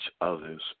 other's